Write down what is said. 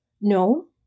No